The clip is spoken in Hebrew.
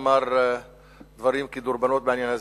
אמר דברים כדרבונות בעניין הזה.